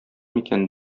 микән